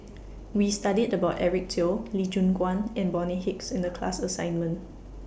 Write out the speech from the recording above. We studied about Eric Teo Lee Choon Guan and Bonny Hicks in The class assignment